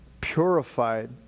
purified